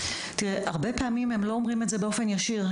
תראה, הרבה פעמים הם לא אומרים את זה באופן ישיר.